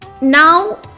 now